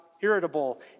irritable